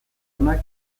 onak